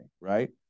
right